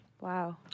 Wow